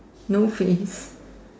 no face